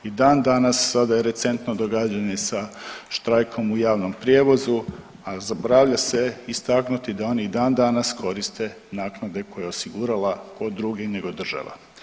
I dan danas sada je recentno događanje sa štrajkom u javnom prijevozu a zaboravlja se istaknuti da oni i dan danas koriste naknade koje je osigurala tko drugi nego država.